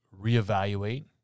reevaluate